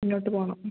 മുന്നോട്ട് പോകണം